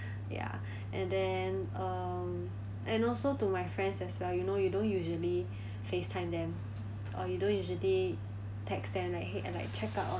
ya and then um and also to my friends as well you know you don't usually FaceTime them or you don't usually text them like !hey! and like check up on